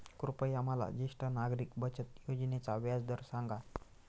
कृपया मला ज्येष्ठ नागरिक बचत योजनेचा व्याजदर सांगा